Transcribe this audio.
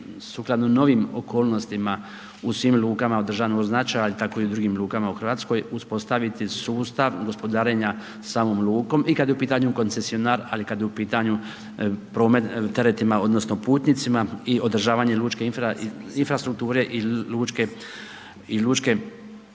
sukladno novim okolnostima u svim lukama od državnog značaja, tako i u drugim lukama u RH uspostaviti sustav gospodarenja samom lukom, i kad je u pitanju koncesionar, ali i kad je u pitanju promet teretima odnosno putnicima i održavanje lučke infrastrukture i lučke